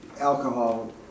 alcohol